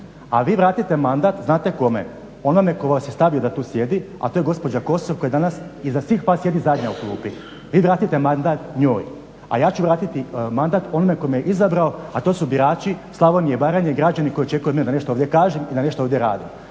A vi vratite mandat, znate kome, onome tko vas je stavio da tu sjedite, a to je gospođa Kosor koja danas iza svih vas sjedi zadnja u klupi. Vi vratite mandat njoj, a ja ću vratiti mandat onome tko me izabrao, a to su birači Slavonije, Baranje i građani koji očekuju od mene da nešto ovdje kažem i da nešto ovdje radim.